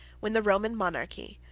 when the roman monarchy,